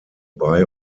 bei